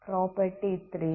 property 3